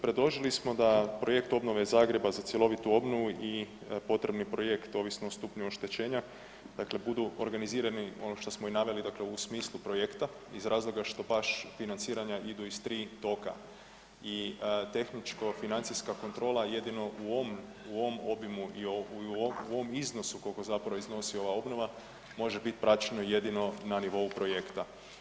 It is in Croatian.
Predložili smo da projekt obnove Zagreba za cjelovitu obnovu i potrebni projekt ovisno o stupnju oštećenja budu organizirani ono što smo i naveli u smislu projekta iz razloga što baš financiranja idu iz 3 toka i tehničko financijska kontrola jedino u ovom obimu i u ovom iznosu koliko zapravo iznosi ova obnova može biti praćeno jedino na nivou projekta.